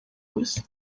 gusa